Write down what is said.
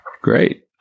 Great